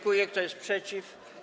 Kto jest przeciw?